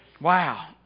Wow